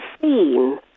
seen